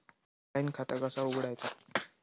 Online खाता कसा उघडायचा?